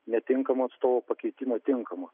netinkamo atstovo pakeitimo tinkamu